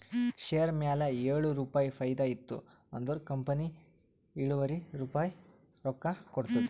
share ಮ್ಯಾಲ ಏಳು ರುಪಾಯಿ ಫೈದಾ ಇತ್ತು ಅಂದುರ್ ಕಂಪನಿ ಎಳುವರಿ ರುಪಾಯಿ ರೊಕ್ಕಾ ಕೊಡ್ತುದ್